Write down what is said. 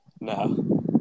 no